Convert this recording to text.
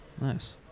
Nice